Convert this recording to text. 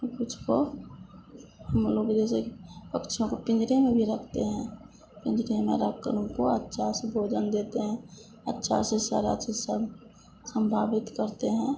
उ कुछ को हम लोग जैसे कि पक्षियों को पिंजरे में भी रखते हैं पिंजरे में रखकर उनको अच्छा से भोजन देते हैं अच्छा से सारा चीज सब संभावित करते हैं